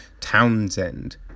Townsend